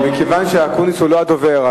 מכיוון שאקוניס הוא לא הדובר,